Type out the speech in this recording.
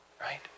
Right